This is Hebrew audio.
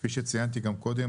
כפי שציינתי גם קודם,